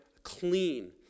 clean